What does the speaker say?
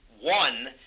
one